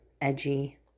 edgy